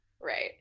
right